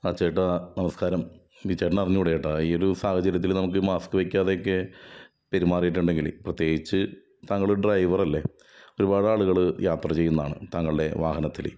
ആ ചേട്ടാ നമസ്ക്കാരം ചേട്ടന് അറിഞ്ഞുകൂടെ ഏട്ടാ ഈ ഒരു സാഹചര്യത്തില് ഈ മാസ്ക്ക് വയ്ക്കാതെ ഒക്കെ പെരുമാറിയിട്ടുണ്ടെങ്കിൽ പ്രത്യേകിച്ച് താങ്കളൊരു ഡ്രൈവറല്ലേ ഒരുപാട് ആളുകള് യാത്ര ചെയ്യുന്നതാണ് താങ്കളുടെവാഹനത്തില്